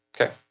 Okay